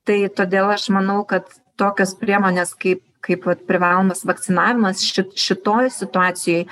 tai todėl aš manau kad tokios priemonės kaip kaip vat privalomas vakcinavimas ši šitoj situacijoj